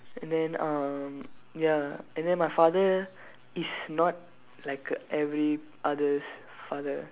and then uh ya and then my father is not like a every others' father